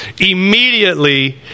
immediately